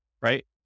right